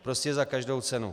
Prostě za každou cenu.